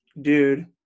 dude